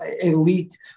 elite